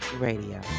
radio